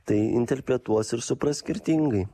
tai interpretuos ir supras skirtingai